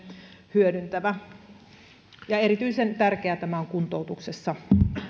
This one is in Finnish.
hyödyntävä erityisen tärkeää tämä on kuntoutuksessa